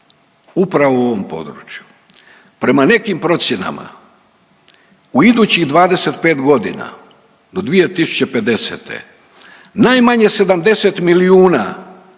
upravo u ovom području. Prema nekim procjenama u idućih 25 godina do 2050., najmanje 70 milijuna